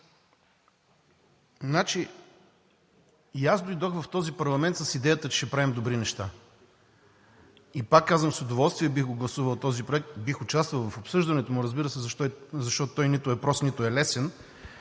И аз дойдох в този парламент с идеята, че ще правим добри неща и, пак казвам, с удоволствие бих го гласувал този проект, бих участвал в обсъждането му, разбира се, защото той нито е прост, нито е лесен.